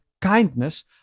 kindness